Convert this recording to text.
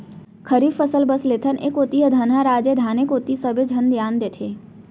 खरीफ फसल बस लेथन, ए कोती ह धनहा राज ए धाने कोती सबे झन धियान देथे